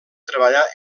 treballar